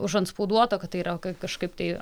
užantspauduota kad tai yra kaip kažkaip tai